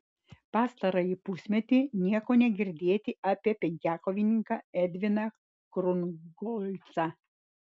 pastarąjį pusmetį nieko negirdėti apie penkiakovininką edviną krungolcą